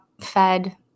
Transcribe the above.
fed